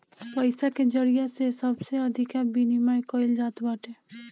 पईसा के जरिया से सबसे अधिका विमिमय कईल जात बाटे